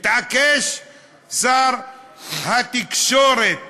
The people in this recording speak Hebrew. התעקש שר התקשורת